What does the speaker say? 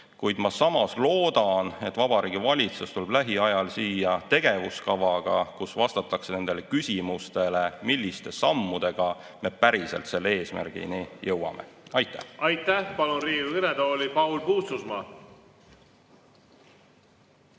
Samas ma loodan, et Vabariigi Valitsus tuleb lähiajal siia tegevuskavaga, kus vastatakse küsimustele, milliste sammudega me päriselt eesmärgini jõuame. Aitäh! Aitäh! Palun Riigikogu kõnetooli Paul Puustusmaa.